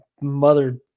mother